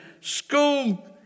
school